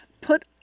put